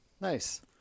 Nice